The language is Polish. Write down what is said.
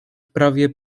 prawie